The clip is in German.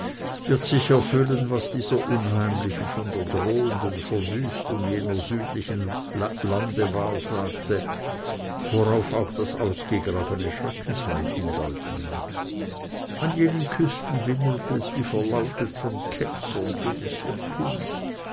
wird sich erfüllen was dieser unheimliche von der drohenden verwüstung jener südlichen lande wahrsagte worauf auch das ausgegrabene schreckensweib hindeuten mag an jenen küsten wimmelt es wie verlautet von ketzern jedes irrtums